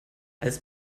als